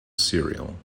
serial